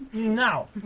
now,